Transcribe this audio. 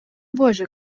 боже